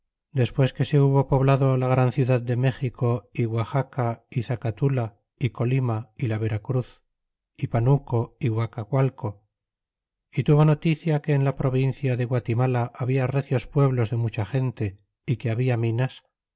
despues que se hubo poblado la gran ciudad de méxico é guaxaca é zacatula é colima e la vera cruz é panuco sí guacacualco y tuvo noticia que en la provincia de guatimala habia recios pueblos de mucha gente sí que habla minas